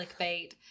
clickbait